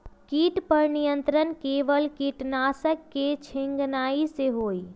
किट पर नियंत्रण केवल किटनाशक के छिंगहाई से होल?